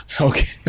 Okay